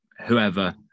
whoever